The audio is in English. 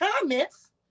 comments